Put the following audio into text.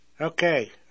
Okay